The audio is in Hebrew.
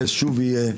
באיזה יישוב יהיה,